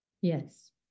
Yes